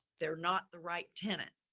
they're not the right tenant,